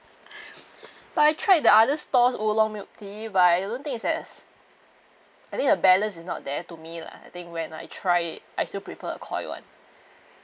but I tried the other stores' oolong milk tea but I don't think it's that I think the balance is not there to me lah I think when I try it I still prefer the Koi [one]